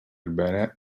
bene